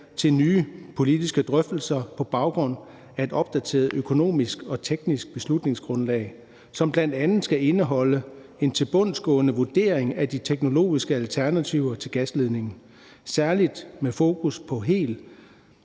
til nye politiske drøftelser på baggrund af et opdateret økonomisk og teknisk beslutningsgrundlag, som bl.a. skal indeholde en tilbundsgående vurdering af de teknologiske alternativer til gasledningen, særlig med fokus på hel